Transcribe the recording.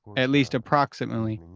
at least approximately,